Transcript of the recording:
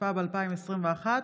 התשפ"ב 2021,